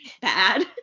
Bad